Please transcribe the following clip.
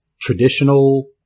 Traditional